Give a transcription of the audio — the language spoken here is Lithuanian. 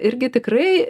irgi tikrai